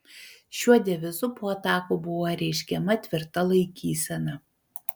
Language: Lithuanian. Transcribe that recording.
šiuo devizu po atakų buvo reiškiama tvirta laikysena